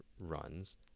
runs